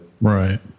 right